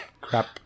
crap